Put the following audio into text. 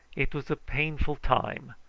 it was a painful time,